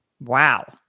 Wow